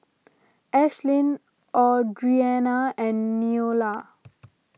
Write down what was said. Ashlyn Audriana and Neola